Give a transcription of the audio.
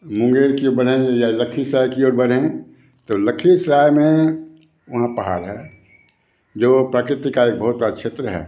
मुंगेर की ओर बढ़ें या लखीसराय की ओर बढ़ें तो लखीसराय में वहाँ पहाड़ है जो प्राकृतिक आय घोर का क्षेत्र है